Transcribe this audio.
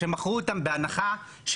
שמכרו אותן בהנחה,